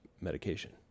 medication